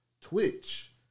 Twitch